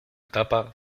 etapa